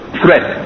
threat